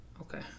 okay